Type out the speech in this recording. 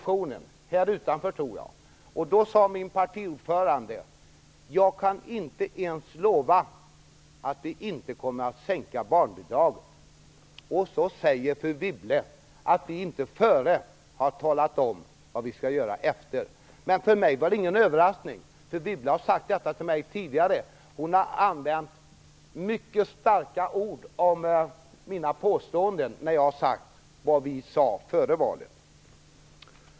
Jag tror att det var här utanför. Min partiordförande sade: Jag kan inte ens lova att vi inte kommer att sänka barnbidragen. Trots det säger fru Wibble att vi inte innan sagt vad vi skall göra efteråt. För mig var det emellertid ingen överraskning, eftersom fru Wibble har sagt det till mig tidigare. Hon har använt mycket starka ord om mina påståenden om vad vi sade före valet.